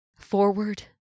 forward